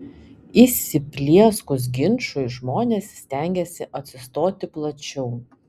įsiplieskus ginčui žmonės stengiasi atsistoti plačiau